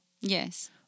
Yes